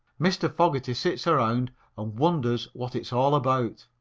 mr. fogerty sits around and wonders what it's all about.